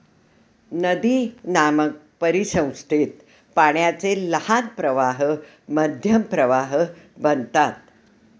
नदीनामक परिसंस्थेत पाण्याचे लहान प्रवाह मध्यम प्रवाह बनतात